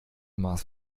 maß